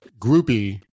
Groupie